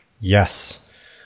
Yes